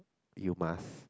you must